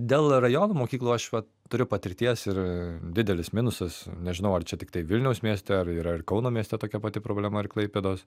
dėl rajonų mokyklų aš va turiu patirties ir didelis minusas nežinau ar čia tiktai vilniaus mieste ar yra ir kauno mieste tokia pati problema ar klaipėdos